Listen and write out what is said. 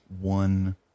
one